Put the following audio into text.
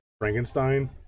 frankenstein